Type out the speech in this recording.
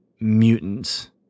mutants